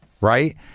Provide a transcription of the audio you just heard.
right